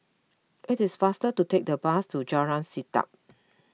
it is faster to take the bus to Jalan Sedap